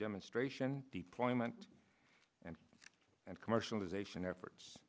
demonstration deployment and and commercialization efforts